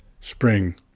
spring